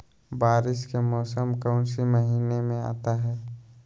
बारिस के मौसम कौन सी महीने में आता है?